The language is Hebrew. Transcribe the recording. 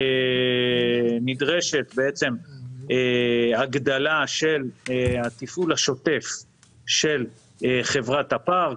זה נדרשת הגדרה של התפעול השוטף של חברת הפארק.